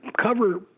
cover